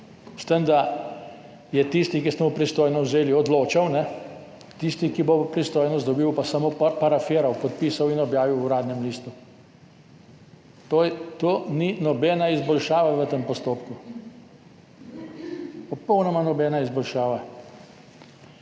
s tem da je tisti, ki ste mu pristojnost vzeli, odločal, tisti, ki bo pristojnost dobil, bo pa samo parafiral, podpisal in objavil v Uradnem listu. To ni nobena izboljšava v tem postopku. Popolnoma nobena izboljšava.